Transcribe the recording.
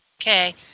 okay